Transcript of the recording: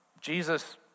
Jesus